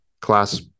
class